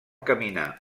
caminar